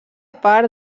part